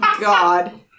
God